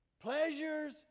Pleasure's